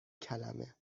کلمه